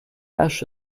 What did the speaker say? ash